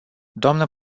dnă